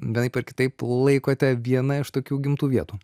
vienaip ar kitaip laikote viena iš tokių gimtų vietų